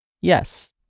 Yes